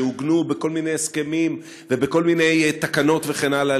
שעוגנו בכל מיני הסכמים ובכל מיני תקנות וכן הלאה,